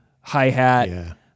hi-hat